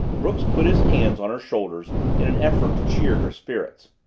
brooks put his hands on her shoulders in an effort to cheer her spirits.